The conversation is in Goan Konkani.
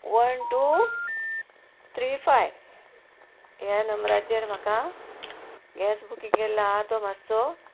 वन टू थ्री फाय ह्या नंबराचेर म्हाका गॅस बुकींग केल्लो आहा तो मातसो